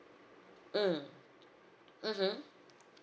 mm mmhmm